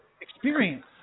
experience